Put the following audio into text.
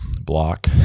block